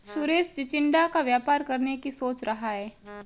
सुरेश चिचिण्डा का व्यापार करने की सोच रहा है